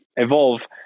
evolve